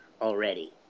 Already